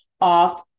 off